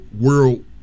World